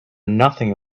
nothing